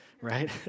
right